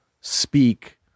speak